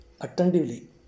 attentively